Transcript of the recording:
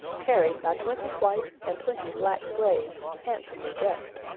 carried by twenty white and twenty black slaves, handsomely dressed.